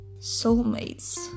soulmates